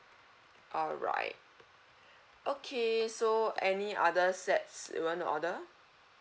alright okay so any other sets you want to order